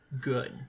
good